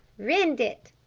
rend it,